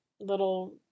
little